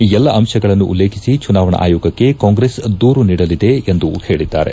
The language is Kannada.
ಈ ಎಲ್ಲ ಅಂಶಗಳನ್ನು ಉಲ್ಲೇಖಿಸಿ ಚುನಾವಣಾ ಆಯೋಗಕ್ಕೆ ಕಾಂಗ್ರೆಸ್ ದೂರು ನೀಡಲಿದೆ ಎಂದು ಹೇಳಿದ್ದಾರೆ